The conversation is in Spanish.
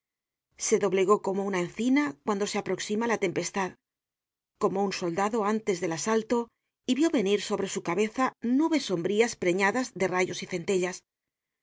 se doblegó como una encina cuando se aproxima la tempestad como un soldado antes del asalto y vió venir sobre su cabeza nubes sombrías preñadas de rayos y centellas